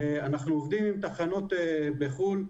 אנחנו עובדים עם תחנות בחו"ל.